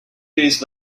days